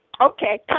Okay